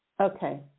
Okay